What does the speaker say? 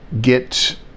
get